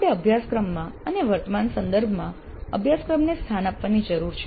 આપણે અભ્યાસક્રમમાં અને વર્તમાન સંદર્ભમાં અભ્યાસક્રમને સ્થાન આપવાની જરૂર છે